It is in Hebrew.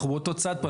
אנחנו באותו צד פה.